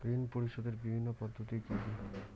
ঋণ পরিশোধের বিভিন্ন পদ্ধতি কি কি?